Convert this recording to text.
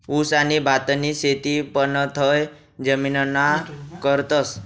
ऊस आणि भातनी शेती पाणथय जमीनमा करतस